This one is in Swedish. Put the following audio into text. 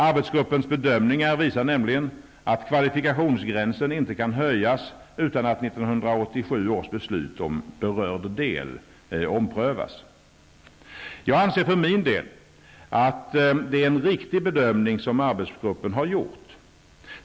Arbetsgruppens bedömningar visar nämligen att kvalifikationsgränsen inte kan höjas utan att 1987 Jag anser för min del att det är en riktig bedömning som arbetsgruppen har gjort.